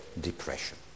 depression